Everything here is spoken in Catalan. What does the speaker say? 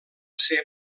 ser